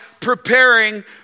preparing